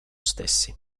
stessi